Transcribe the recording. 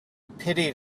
pitied